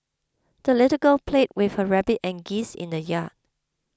the little girl played with her rabbit and geese in the yard